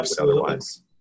otherwise